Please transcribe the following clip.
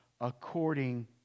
according